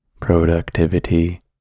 productivity